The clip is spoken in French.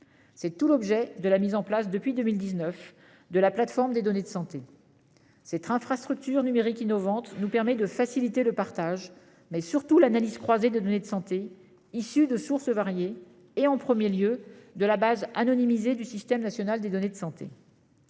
C'est tout l'objet de la mise en place, depuis 2019, de la Plateforme des données de santé. Cette infrastructure numérique innovante nous permet de faciliter le partage et, surtout, l'analyse croisée des données de santé, issues de sources variées, et, en premier lieu, de la base anonymisée du SNDS. La dynamique actuelle de